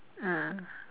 ah